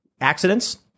accidents